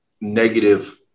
negative